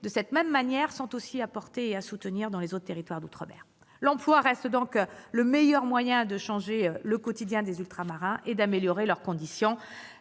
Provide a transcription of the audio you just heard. de cette nature sont aussi à soutenir dans les autres territoires d'outre-mer. L'emploi reste donc le meilleur moyen de changer le quotidien des Ultramarins et d'améliorer leurs conditions